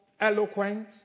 Eloquent